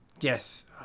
Yes